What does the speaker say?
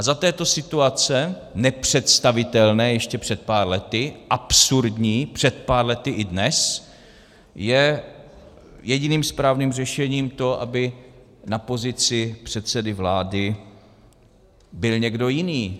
Za této situace, nepředstavitelné ještě před pár lety, absurdní před pár lety i dnes, je jediným správným řešením to, aby na pozici předsedy vlády byl někdo jiný.